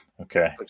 Okay